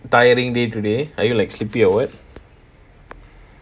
tiring day today are you like sleepy or what